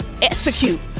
Execute